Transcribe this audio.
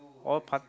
all part